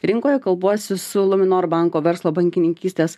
rinkoje kalbuosi su luminor banko verslo bankininkystės